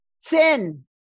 sin